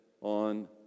on